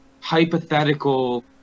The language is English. hypothetical